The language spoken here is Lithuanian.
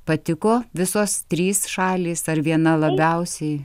patiko visos trys šalys ar viena labiausiai